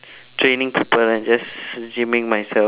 training people and just gymming myself